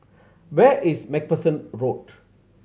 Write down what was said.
where is Macpherson Road